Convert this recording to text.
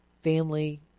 family